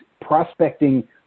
prospecting